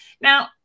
Now